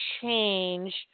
change